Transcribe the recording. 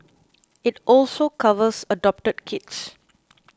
it also covers adopted kids